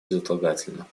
безотлагательно